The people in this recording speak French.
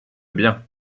bien